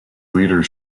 leader